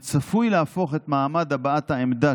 והוא צפוי להפוך את מעמד הבעת העמדה